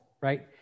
right